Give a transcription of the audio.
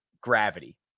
gravity